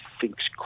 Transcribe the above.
thinks